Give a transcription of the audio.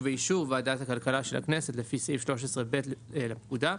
ובאישור ועדת הכלכלה של הכנסת לפי סעיף 13 (ב) לפקודה,